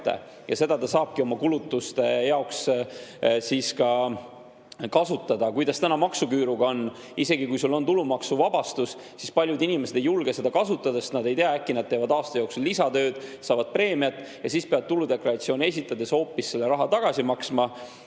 ja seda ta saabki oma kulutuste jaoks kasutada. Kuidas täna maksuküüruga on? Isegi kui sul on tulumaksuvabastus, siis paljud inimesed ei julge seda kasutada, sest nad ei tea, äkki nad teevad aasta jooksul lisatööd, saavad preemiat ja siis peavad pärast tuludeklaratsiooni esitamist hoopis raha tagasi maksma.